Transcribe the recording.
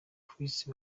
chris